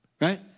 Right